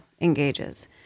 engages